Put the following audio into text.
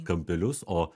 kampelius o